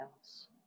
else